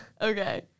Okay